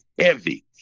heavy